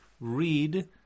read